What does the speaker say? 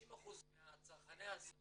50%-40% מצרכני הקנאביס